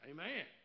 Amen